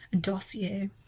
Dossier